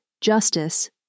justice